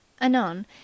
Anon